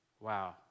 Wow